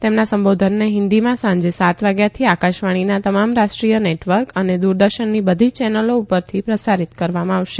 તેમના સંબોધનને હિન્દીમાં સાંજે સાત વાગ્યાથી આકાશવાણીના તમામ રાષ્ટ્રીય નેટવર્ક અને દૂરદર્શનની બધી જ ચેનલો પરથી પ્રસારિત કરવામાં આવશે